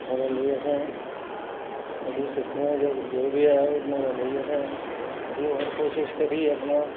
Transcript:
नुहाड़े लेई असें थ्होड़ी सिक्खना जो बी ऐ ओह्दे लेई असें थोह्ड़ी होर कोशश करियै अपना